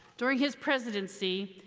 during his presidency,